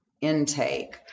intake